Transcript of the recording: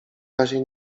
razie